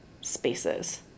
spaces